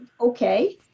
Okay